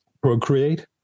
procreate